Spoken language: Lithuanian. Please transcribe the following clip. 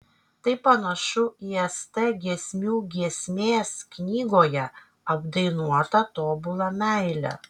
tai panašu į st giesmių giesmės knygoje apdainuotą tobulą meilę